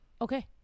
Okay